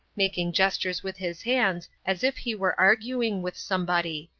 making gestures with his hands as if he were arguing with somebody.